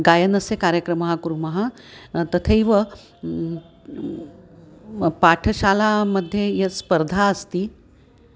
गायनस्य कार्यक्रमं कुर्मः तथैव पाठशालामध्ये यास्स्पर्धाः अस्ति